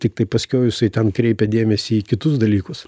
tiktai paskiau jisai ten kreipia dėmesį į kitus dalykus